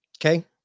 Okay